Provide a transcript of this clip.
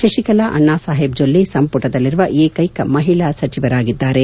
ಶಶಿಕಲಾ ಅಣ್ಣಾ ಸಾಹೇಬ್ ಜೊಲ್ಲೆ ಸಂಪುಟದಲ್ಲಿರುವ ಏಕೈಕ ಮಹಿಳಾ ಸಚಿವರಾಗಿದ್ದಾರೆ